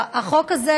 החוק הזה,